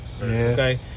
Okay